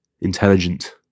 intelligent